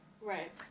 Right